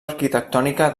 arquitectònica